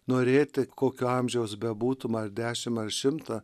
norėti kokio amžiaus bebūtum ar dešimt ar šimto